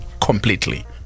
completely